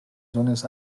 zones